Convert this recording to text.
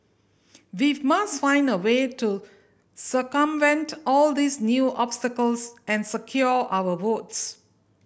we must find a way to circumvent all these new obstacles and secure our votes